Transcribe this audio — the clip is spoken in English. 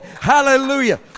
Hallelujah